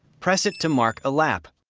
press it to mark a lap.